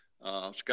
Scott